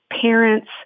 parents